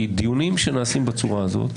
כי דיונים שנעשים בצורה הזאת